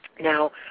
Now